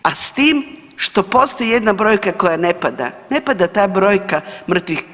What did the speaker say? A s tim što postoji jedna brojka koja ne pada, ne pada ta brojka mrtvih.